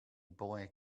boy